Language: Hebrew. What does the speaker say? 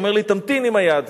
הוא אומר לי: תמתין, עם היד.